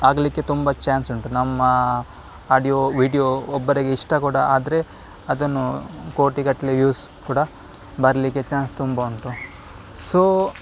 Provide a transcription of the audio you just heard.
ಆಗಲಿಕ್ಕೆ ತುಂಬ ಚಾನ್ಸ್ ಉಂಟು ನಮ್ಮ ಆಡಿಯೋ ವೀಡಿಯೋ ಒಬ್ಬರಿಗೆ ಇಷ್ಟ ಕೂಡ ಆದರೆ ಅದನ್ನು ಕೋಟಿಗಟ್ಟಲೆ ವ್ಯೂಸ್ ಕೂಡ ಬರಲಿಕ್ಕೆ ಚಾನ್ಸ್ ತುಂಬ ಉಂಟು ಸೊ